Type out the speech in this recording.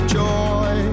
joy